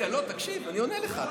רגע, תקשיב, אני עונה לך.